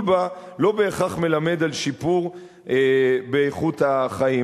בה לא בהכרח מלמדים על שיפור באיכות החיים.